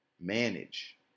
manage